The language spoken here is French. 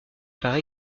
par